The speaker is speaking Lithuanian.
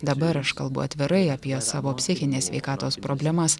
dabar aš kalbu atvirai apie savo psichinės sveikatos problemas